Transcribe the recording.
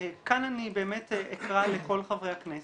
כאן אני אקרא לכל חברי הכנסת,